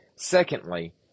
Secondly